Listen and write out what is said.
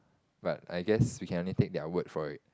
but I guess we can only take their words for it